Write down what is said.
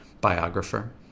biographer